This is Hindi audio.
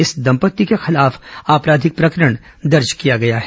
इस दंपत्ति के खिलाफ आपराधिक प्रकरण दर्ज किया गया है